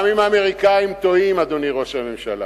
גם אם האמריקנים טועים, אדוני ראש הממשלה,